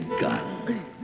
gun